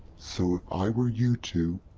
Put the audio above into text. so if i were you two,